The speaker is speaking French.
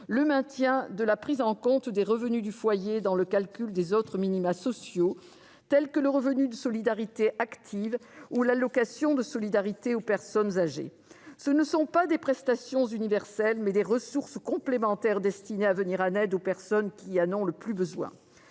le maintien de la prise en compte des revenus du foyer dans le calcul des autres minima sociaux, comme le revenu de solidarité active ou l'allocation de solidarité aux personnes âgées. Ce ne sont pas des prestations universelles, mais des ressources complémentaires destinées à venir en aide aux personnes qui en ont le plus besoin.